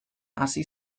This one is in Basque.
hasi